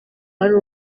wari